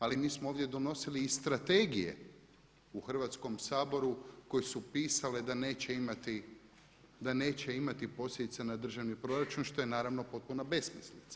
Ali mi smo ovdje donosili i strategije u Hrvatskom saboru koje su pisale da neće imati posljedica na državni proračun što je naravno potpuna besmislica.